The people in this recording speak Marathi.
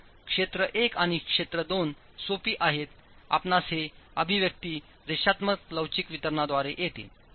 तर क्षेत्र 1 आणि क्षेत्र 2 सोपी आहेत आपणास हे अभिव्यक्ती रेषात्मकलवचिक वितरणाद्वारे येते